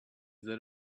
that